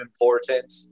important